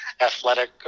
athletic